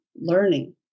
learning